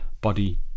body